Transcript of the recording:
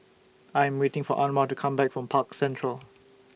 I Am waiting For Anwar to Come Back from Park Central